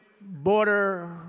border